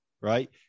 right